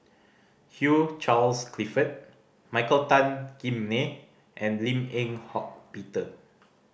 Hugh Charles Clifford Michael Tan Kim Nei and Lim Eng Hock Peter